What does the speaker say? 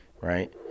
right